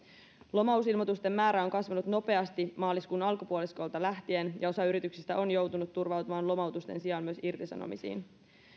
lomautusilmoitusten määrä on kasvanut nopeasti maaliskuun alkupuoliskolta lähtien ja osa yrityksistä on joutunut turvautumaan lomautusten sijaan myös irtisanomisiin